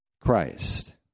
Christ